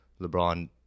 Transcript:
lebron